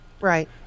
Right